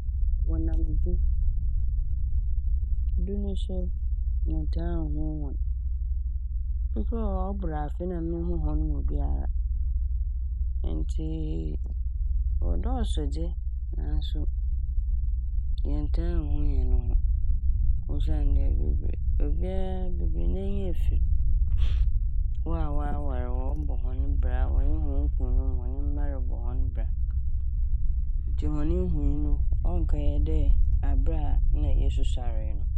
Wɔnam du. Du no so menntaa nnhu hɔn bi mpo wɔ hɔ ɔbor afe mpo na munnhu hɔn mu biara ntsii wɔdɔɔso dze naaso yɛntaa nnhu hɛn ho osiandɛ bebree -obia bebree n'enyi efir wɔawaawar wɔbɔ hɔn bra a wɔnye hɔn kunom wɔne mba robɔ hɔn bra a ntsi hɔn nhuui no ɔnnkɛyɛ dɛ aber a nna yesusuaree no.